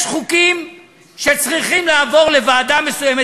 יש חוקים שצריכים לעבור לוועדה מסוימת,